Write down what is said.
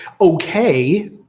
okay